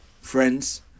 Friends